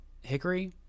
Hickory